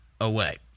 away